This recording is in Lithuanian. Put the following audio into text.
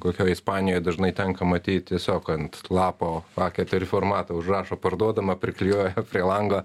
kokioj ispanijoj dažnai tenka matyt tiesiog ant lapo a keturi formato užrašo parduodama priklijuoja prie lango